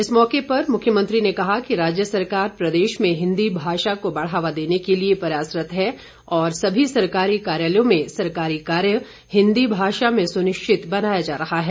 इस मौके पर मुख्यमंत्री ने कहा कि राज्य सरकार प्रदेश में हिंदी भाषा को बढ़ावा देने के लिए प्रयासरत है और सभी सरकारी कार्यालयों में सरकारी कार्य हिंदी भाषा में सुनिश्चित बनाया जा रहा है